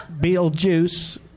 Beetlejuice